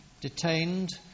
detained